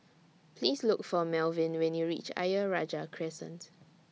Please Look For Melvyn when YOU REACH Ayer Rajah Crescent